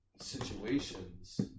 situations